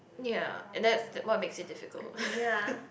ya and that's what makes it difficult